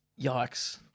Yikes